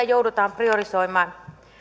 joudutaan priorisoimaan